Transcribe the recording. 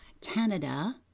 Canada